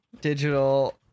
digital